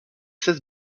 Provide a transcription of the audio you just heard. seize